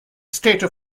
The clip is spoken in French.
state